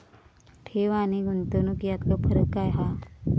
ठेव आनी गुंतवणूक यातलो फरक काय हा?